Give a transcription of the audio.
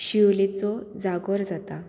शिवलेचो जागोर जाता